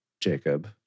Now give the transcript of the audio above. Jacob